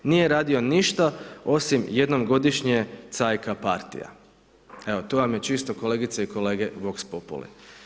Nije radio ništa, osim jednom godišnje cajka partija, evo to vam je čisto kolegice i kolege vokspopuli.